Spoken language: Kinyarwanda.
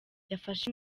yafashe